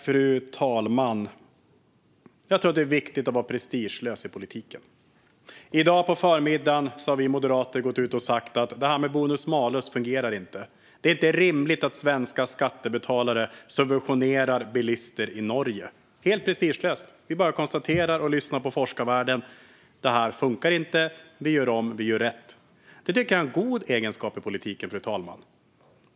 Fru talman! Jag tror att det är viktigt att vara prestigelös i politiken. I dag på förmiddagen har vi moderater gått ut och sagt att det här med bonus-malus inte fungerar. Det är inte rimligt att svenska skattebetalare subventionerar bilister i Norge. Vi bara konstaterar det helt prestigelöst och lyssnar på forskarvärlden. Det här funkar inte, så vi gör om och gör rätt. Jag tycker att det är en god egenskap i politiken, fru talman.